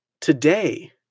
today